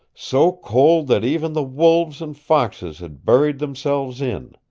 so cold that even the wolves and foxes had buried themselves in.